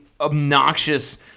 obnoxious